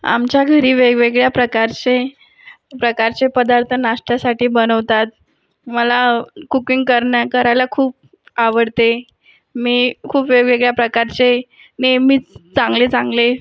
आमच्या घरी वेगवेगळ्या प्रकारचे प्रकारचे पदार्थ नाश्त्यासाठी बनवतात मला कूकिंग करण्या करायला खूप आवडते मी खूप वेगवेगळ्या प्रकारचे नेहमीच चांगले चांगले